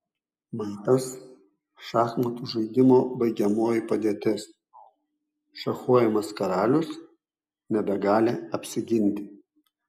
matas šachmatų žaidimo baigiamoji padėtis šachuojamas karalius nebegali apsiginti